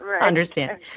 understand